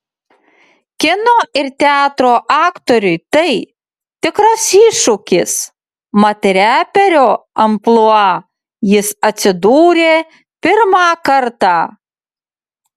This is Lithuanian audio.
kino ir teatro aktoriui tai tikras iššūkis mat reperio amplua jis atsidūrė pirmą kartą